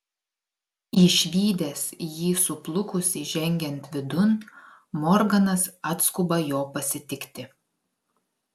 išvydęs jį suplukusį žengiant vidun morganas atskuba jo pasitikti